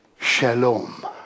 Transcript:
Shalom